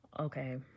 okay